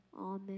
Amen